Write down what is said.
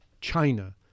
China